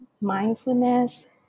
mindfulness